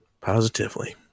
positively